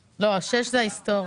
והלאה.